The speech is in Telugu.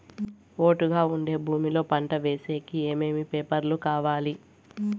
ఒట్టుగా ఉండే భూమి లో పంట వేసేకి ఏమేమి పేపర్లు కావాలి?